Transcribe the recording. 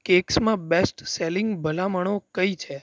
કેક્સમાં best selling ભલામણો કઈ છે